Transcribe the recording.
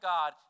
God